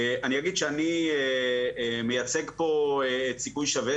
אני אגיד שאני מייצג פה את סיכוי שווה,